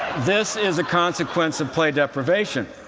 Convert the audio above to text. this is a consequence of play deprivation.